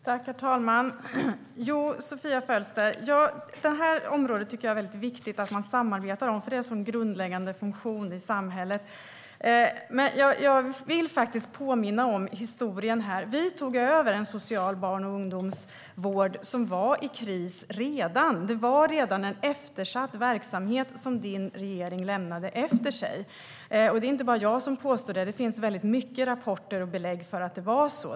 Herr talman! Jo, Sofia Fölster, jag tycker att det är mycket viktigt att man samarbetar om detta område eftersom det utgör en så grundläggande funktion i samhället. Men jag vill faktiskt påminna om historien. Vi tog över en social barn och ungdomsvård som redan var i kris. Det var redan en eftersatt verksamhet som din regering lämnade efter sig, Sofia Fölster. Det är inte bara jag som påstår det. Det finns många rapporter och belägg för att det var så.